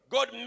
God